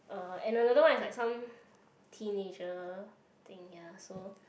uh and another one is some teenager thing ya so